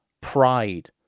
pride